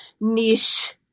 niche